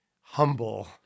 humble